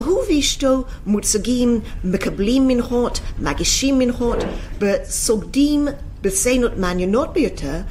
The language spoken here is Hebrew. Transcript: הוא ואשתו מוצגים, מקבלים מנחות, מגישים מנחות, וסוגדים בסצינות מעניינות ביותר.